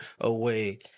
away